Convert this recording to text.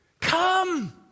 come